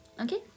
Okay